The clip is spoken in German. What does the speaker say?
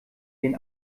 den